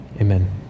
Amen